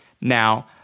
Now